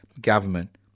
government